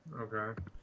Okay